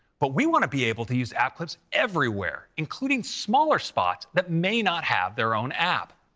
but we want to be able to use app clips everywhere, including smaller spots that may not have their own app.